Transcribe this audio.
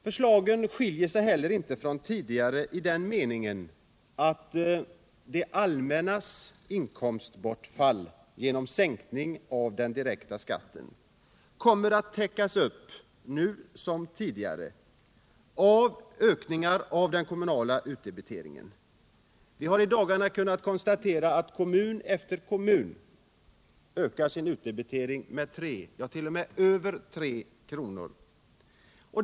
Förslagen skiljer sig inte heller från tidigare i den meningen att det allmännas inkomstbortfall genom sänkning av den direkta statsskatten kommer att täckas upp, nu som tidigare, av ökningar av den kommunala utdebiteringen. Vi har i dagarna kunnat konstatera att kommun efter kommun ökar sin utdebitering med 3 kronor, ja t.o.m. över 3 kronor.